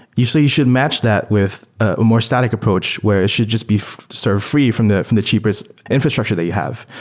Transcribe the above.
usually, you should match that with a more static approach, where it should just be served free from the from the cheapest infrastructure that you have.